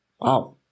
Wow